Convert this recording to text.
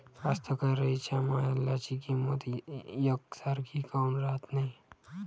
कास्तकाराइच्या मालाची किंमत यकसारखी काऊन राहत नाई?